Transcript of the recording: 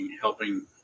helping